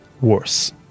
worse